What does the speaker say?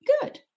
Good